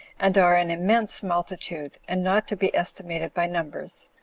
and are an immense multitude, and not to be estimated by numbers.